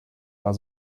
war